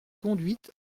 conduite